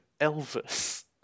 Elvis